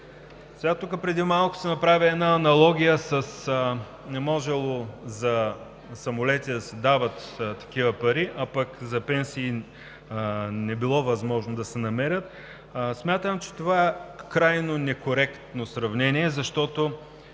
и 900. Преди малко тук се направи една аналогия – не можело за самолети да се дават такива пари, а пък за пенсии не било възможно да се намерят. Смятам, че това е крайно некоректно сравнение, защото